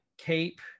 cape